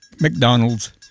McDonald's